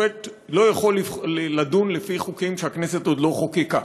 שופט לא יכול לדון לפי חוקים שהכנסת עוד לא חוקקה,